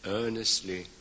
earnestly